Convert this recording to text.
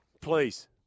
Please